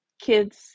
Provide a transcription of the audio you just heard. kids